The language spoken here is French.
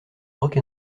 rock